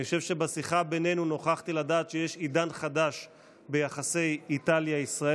אני חושב שבשיחה בינינו נוכחתי לדעת שיש עידן חדש ביחסי איטליה-ישראל.